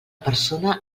persona